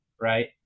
right